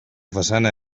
façana